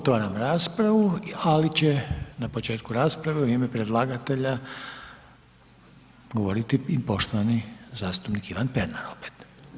Otvaram raspravu, ali će na početku rasprave u ime predlagatelja govoriti poštovani zastupnik Ivan Pernar opet.